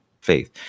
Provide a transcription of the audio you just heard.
faith